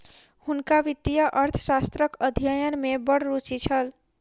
हुनका वित्तीय अर्थशास्त्रक अध्ययन में बड़ रूचि छल